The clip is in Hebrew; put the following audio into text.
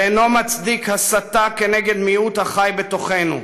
ואינם מצדיקים הסתה נגד מיעוט החי בתוכנו.